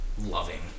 loving